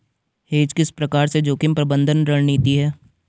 Hedge किस प्रकार से जोखिम प्रबंधन रणनीति है?